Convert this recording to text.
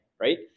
right